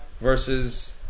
versus